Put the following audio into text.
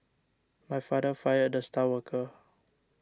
my father fired the star worker